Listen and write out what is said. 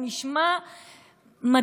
זה נשמע מדהים,